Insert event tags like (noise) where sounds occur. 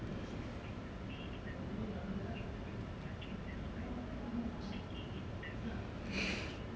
(breath)